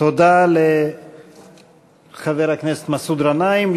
תודה לחבר הכנסת מסעוד גנאים.